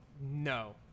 No